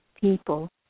people